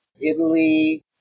Italy